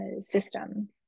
system